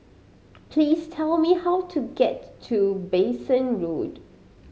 please tell me how to get to Bassein Road